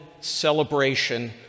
celebration